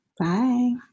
Bye